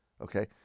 Okay